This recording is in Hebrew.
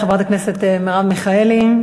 תודה לחברת הכנסת מרב מיכאלי.